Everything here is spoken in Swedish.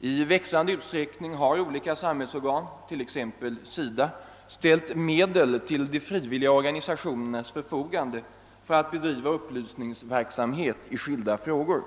I växande utsträckning har olika samhällsorgan, t.ex. SIDA, ställt medel till de frivilliga organisationernas förfogande för upplysningsverksamhet i skilda frågor.